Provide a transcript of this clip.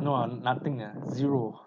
no lah nothing ah zero